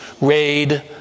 raid